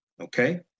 okay